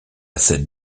cette